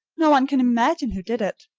no one can imagine who did it.